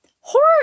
horror